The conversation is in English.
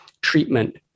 treatment